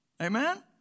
Amen